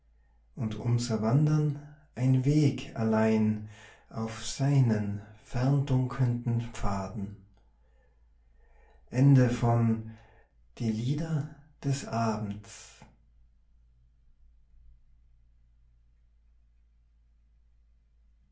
und unser wandern ein weg allein auf seinen ferndunkelnden pfaden